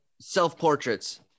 self-portraits